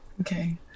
Okay